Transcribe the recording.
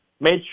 made